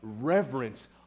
Reverence